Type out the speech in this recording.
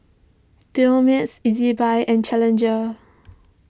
Dumex Ezbuy and Challenger